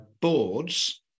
boards